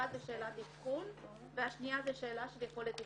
אחת שאלת אבחון והשנייה זו שאלה של יכולת תפקודית.